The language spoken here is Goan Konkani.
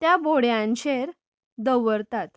त्या बोड्यांचेर दवरतात